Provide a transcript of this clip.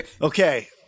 Okay